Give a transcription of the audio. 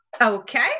Okay